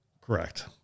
Correct